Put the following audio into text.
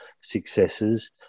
successes